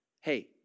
Hey